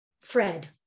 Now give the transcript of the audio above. Fred